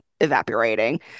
evaporating